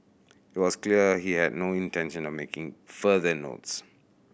it was clear he had no intention of making further notes